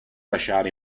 lasciare